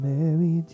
Mary